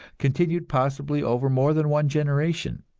continued possibly over more than one generation.